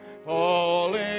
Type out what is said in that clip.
falling